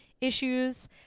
issues